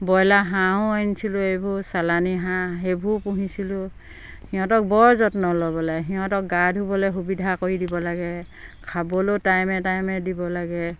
broiler হাঁহো আনিছিলোঁ এইবোৰ চালানী হাঁহ সেইবোৰ পুহিছিলোঁ সিহঁতক বৰ যত্ন ল'ব লাগে সিহঁতক গা ধুবলে সুবিধা কৰি দিব লাগে খাবলেও টাইমে টাইমে দিব লাগে